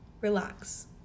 Relax